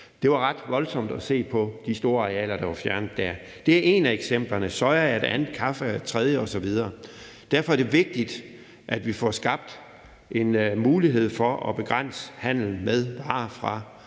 Det var ret voldsomt at se de store arealer, der var fjernet der. Det et af eksemplerne – soja er et andet, kaffe er et tredje osv. Derfor er det vigtigt, at vi får skabt en mulighed for at begrænse handelen med varer fra